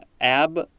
ab